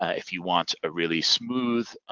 ah if you want a really smooth